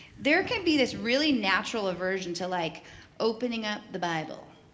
there can be this really natural eversion to like opening up the bible.